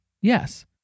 Yes